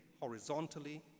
horizontally